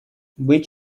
быть